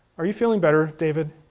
are you feeling better, david?